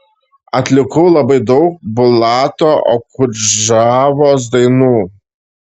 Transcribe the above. atlikau labai daug bulato okudžavos dainų